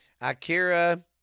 Akira